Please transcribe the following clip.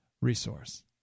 resource